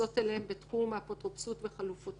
המתייחסות אליהם בתחום האפוטרופסות וחלופותיה,